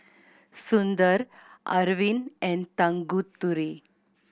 Sundar Arvind and Tanguturi